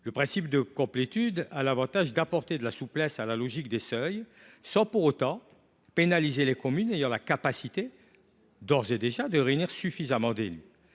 Le principe de complétude a l’avantage d’apporter de la souplesse à la logique des seuils sans pour autant pénaliser les communes ayant d’ores et déjà la capacité de réunir suffisamment d’élus.